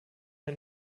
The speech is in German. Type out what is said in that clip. ein